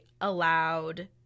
allowed